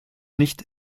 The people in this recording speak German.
nicht